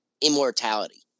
immortality